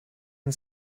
and